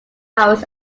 hours